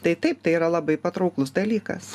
tai taip tai yra labai patrauklus dalykas